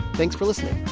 thanks for listening